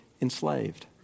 enslaved